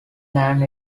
land